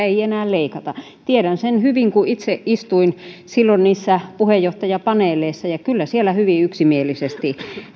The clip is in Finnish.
ei enää leikata tiedän sen hyvin kun itse istuin silloin niissä puheenjohtajapaneeleissa ja kyllä siellä hyvin yksimielisesti